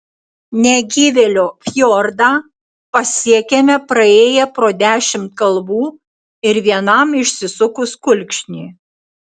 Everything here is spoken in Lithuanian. negyvėlio fjordą pasiekėme praėję pro dešimt kalvų ir vienam išsisukus kulkšnį